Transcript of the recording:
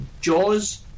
Jaws